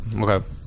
Okay